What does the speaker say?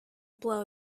blow